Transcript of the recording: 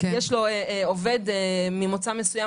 יש לו עובד ממוצא מסוים,